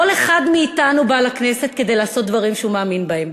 כל אחד מאתנו בא לכנסת כדי לעשות דברים שהוא מאמין בהם.